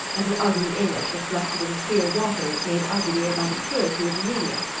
as an ugly image reflected in clear water is made uglier by the purity of the medium.